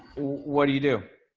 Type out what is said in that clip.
what do you do?